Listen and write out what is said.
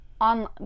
on